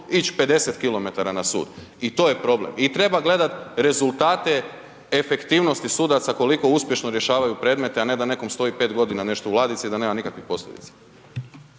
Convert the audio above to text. ići 50 km na sud. I to je problem i treba gledati rezultate efektivnosti sudaca, koliko uspješno rješavaju predmete, a ne da nekom stoji 5 godina nešto u ladici i da nema nikakvi posljedica.